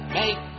make